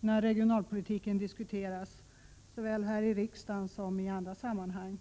när regionalpolitiken diskuteras. Det gäller såväl här i riksdagen som i andra sammanhang.